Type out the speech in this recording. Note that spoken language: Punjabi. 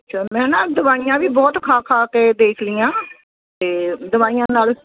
ਅੱਛਾ ਮੈਂ ਨਾ ਦਵਾਈਆਂ ਵੀ ਬਹੁਤ ਖਾ ਖਾ ਕੇ ਦੇਖ ਲਈਆਂ ਅਤੇ ਦਵਾਈਆਂ ਨਾਲ